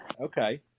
Okay